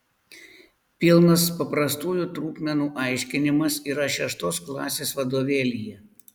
pilnas paprastųjų trupmenų aiškinimas yra šeštos klasės vadovėlyje